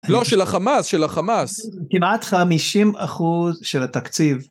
לא, של החמאס, של החמאס. כמעט 50 אחוז של התקציב.